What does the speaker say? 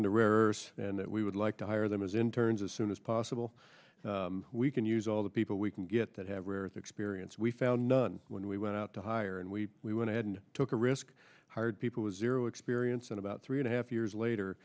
into reverse and that we would like to hire them as in turns as soon as possible we can use all the people we can get that have the experience we found none when we went out to hire and we we went ahead and took a risk hired people was zero experience and about three and a half years later